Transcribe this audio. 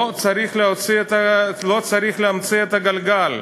לא צריך להמציא את הגלגל,